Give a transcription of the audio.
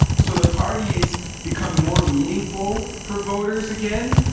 so the parties become more meaningful for voters again,